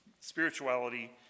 spirituality